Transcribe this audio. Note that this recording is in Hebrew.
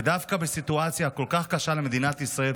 ודווקא בסיטואציה כל כך קשה למדינת ישראל,